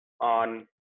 on